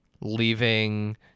leaving